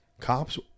Cops